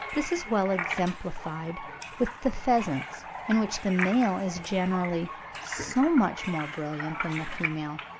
this is well exemplified with the pheasants, in which the male is generally so much more brilliant than the female